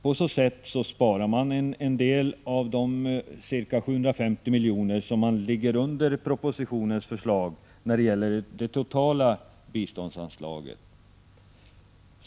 På så sätt sparar moderaterna en del av de 750 milj.kr. med vilka man ligger under propositionens förslag när det gäller det totala biståndsanslaget.